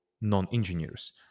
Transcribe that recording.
non-engineers